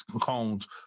Combs